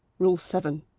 rule seven,